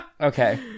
Okay